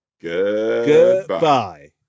Goodbye